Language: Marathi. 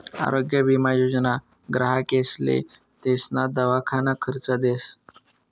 आरोग्य विमा योजना ग्राहकेसले तेसना दवाखाना खर्च देस